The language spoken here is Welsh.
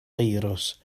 firws